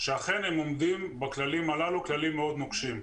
שאכן הם עומדים בכללים הללו, כללים מאוד נוקשים.